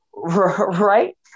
Right